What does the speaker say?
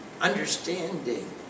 understanding